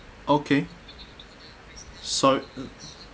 okay so